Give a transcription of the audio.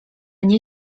nie